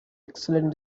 excellent